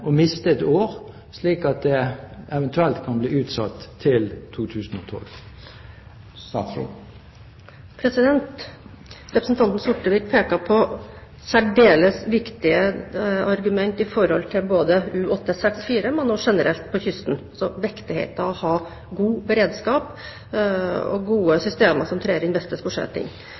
miste et år, slik at det eventuelt kan bli utsatt til 2012? Representanten Sortevik pekte på særdeles viktige argumenter med hensyn til både U-864 og forhold generelt på kysten: viktigheten av å ha god beredskap og gode systemer som trer